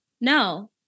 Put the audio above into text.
No